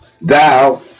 thou